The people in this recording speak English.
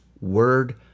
word